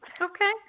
okay